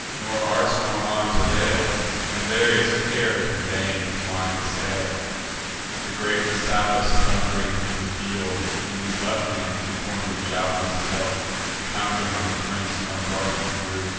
nor arts nor arms avail and various cares in vain his mind assail the great messapus, thund'ring thro' the field, in his left hand two pointed jav'lins held encount'ring on the prince, one dart he drew,